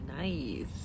nice